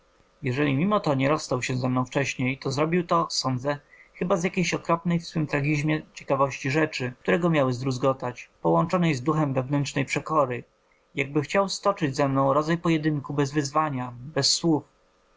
jeżeli mimo to nie rozstał się ze mną wcześniej to zrobił to sądzę chyba z jakiejś okropnej w swym tragizmie ciekawości rzeczy które go miały zdruzgotać połączonej z duchem wewnętrznej przekory jakby chciał stoczyć ze mną rodzaj pojedynku bez wyzwania bez słów